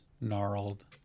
gnarled